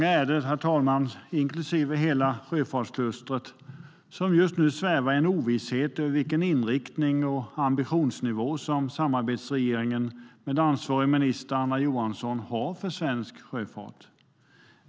Det är väldigt många, inklusive hela sjöfartsklustret, som just nu svävar i ovisshet om vilken inriktning och ambitionsnivå som samarbetsregeringen med ansvarig minister Anna Johansson har för svensk sjöfart.